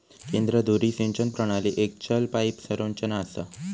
केंद्र धुरी सिंचन प्रणाली एक चल पाईप संरचना हा